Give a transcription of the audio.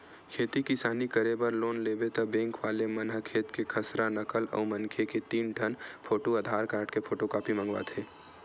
खेती किसानी करे बर लोन लेबे त बेंक वाले मन ह खेत के खसरा, नकल अउ मनखे के तीन ठन फोटू, आधार कारड के फोटूकापी मंगवाथे